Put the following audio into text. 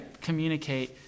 communicate